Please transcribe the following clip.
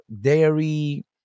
dairy